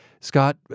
Scott